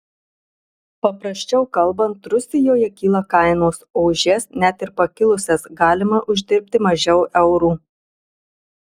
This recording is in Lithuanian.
paprasčiau kalbant rusijoje kyla kainos o už jas net ir pakilusias galima uždirbti mažiau eurų